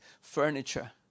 furniture